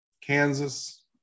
Kansas